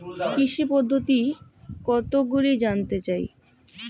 কৃষি পদ্ধতি কতগুলি জানতে চাই?